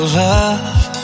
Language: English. love